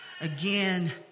again